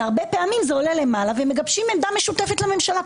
והרבה פעמים זה עולה למעלה ומגבשים עמדה משותפת לממשלה.